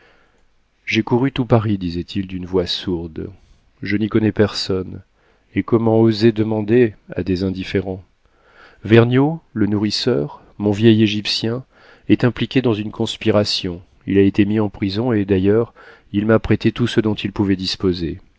j'ai couru tout paris disait-il d'une voix sourde je n'y connais personne et comment oser demander à des indifférents vergniaud le nourrisseur mon vieil égyptien est impliqué dans une conspiration il a été mis en prison et d'ailleurs il m'a prêté tout ce dont il pouvait disposer